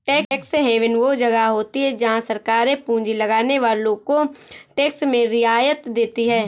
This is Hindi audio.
टैक्स हैवन वो जगह होती हैं जहाँ सरकारे पूँजी लगाने वालो को टैक्स में रियायत देती हैं